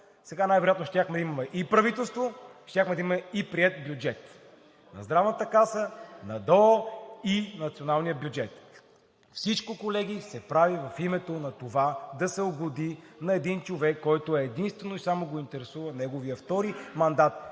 сега най-вероятно щяхме да имаме и правителство, щяхме да имаме и приет бюджет – на Здравната каса, на ДОО и националният бюджет. Всичко, колеги, се прави в името на това да се угоди на един човек, който единствено и само го интересува неговия втори мандат.